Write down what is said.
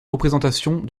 représentations